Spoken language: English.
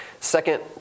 Second